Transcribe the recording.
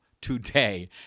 today